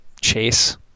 chase